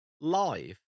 live